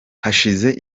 hashize